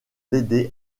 l’aider